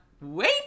Wait